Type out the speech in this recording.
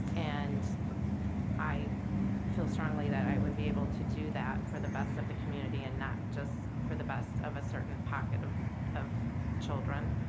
and i feel strongly that i would be able to do that for the best of the community and not just for the best of a certain pocket of of children.